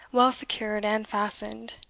well secured and fastened,